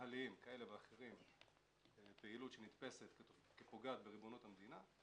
מנהליים פעילות שנתפסת כפוגעת בריבונות המדינה,